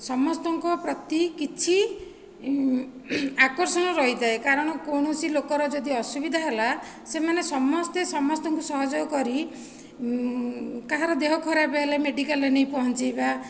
ସମସ୍ତଙ୍କ ପ୍ରତି କିଛି ଆକର୍ଷଣ ରହିଥାଏ କାରଣ କୌଣସି ଲୋକର ଯଦି ଅସୁବିଧା ହେଲା ସେମାନେ ସମସ୍ତେ ସମସ୍ତଙ୍କୁ ସହଯୋଗ କରି କାହାର ଦେହ ଖରାପ ହେଲେ ମେଡ଼ିକାଲରେ ନେଇ ପହଞ୍ଚେଇବା